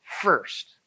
first